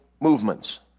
movements